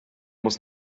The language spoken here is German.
muss